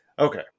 Okay